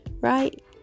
Right